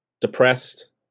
depressed